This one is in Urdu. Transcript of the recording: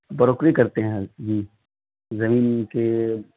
بروکری کرتے ہیں جی زمین کے